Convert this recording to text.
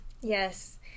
Yes